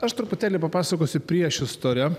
aš truputėlį papasakosiu priešistorę